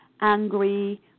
angry